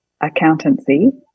accountancy